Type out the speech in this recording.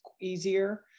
easier